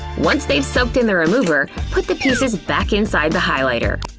once they've soaked in the remover, put the pieces back inside the highlighter.